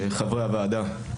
חברי הוועדה,